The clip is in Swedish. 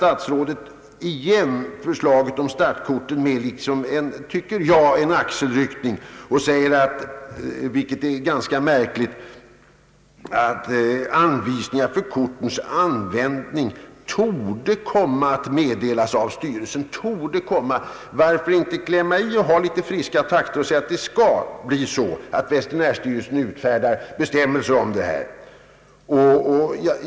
Statsrådet avfärdar förslaget om startkort med en axelryckning och säger — vilket är ganska märkligt — att »anvisningar för kortens användning torde komma att meddelas av styrelsen». »Torde komma» — varför inte klämma i med friska takter och säga att veterinärstyrelsen skall utfärda bestämmelser om startkort.